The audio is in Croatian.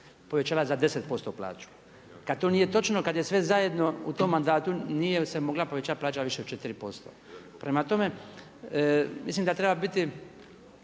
povećala za 10% plaću. Kada to nije točno, kad je sve zajedno u tom mandatu nije se mogla povećati plaća više od 4%. Prema tome, mislim da treba biti